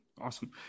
Awesome